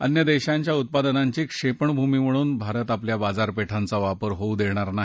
विर देशांच्या उत्पादनांची क्षेपणभूमी म्हणून भारत आपल्या बाजारपेठांचा वापर होऊ देणार नाही